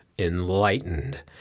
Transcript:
enlightened